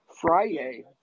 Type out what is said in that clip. Friday